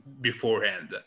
beforehand